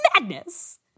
Madness